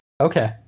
Okay